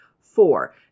four